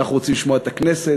אנחנו רוצים לשמוע את הכנסת,